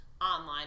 online